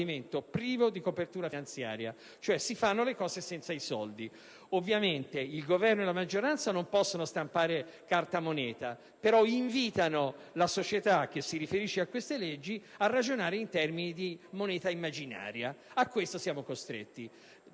privo di copertura finanziaria, cioè si fanno le cose senza i soldi. Ovviamente il Governo e la maggioranza non possono stampare carta moneta, però invitano la società che si riferisce a queste leggi a ragionare in termini di moneta immaginaria. A questo siamo costretti.